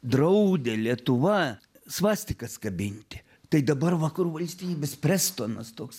draudė lietuva svastikas kabinti tai dabar vakarų valstybės prestonas toks